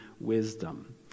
wisdom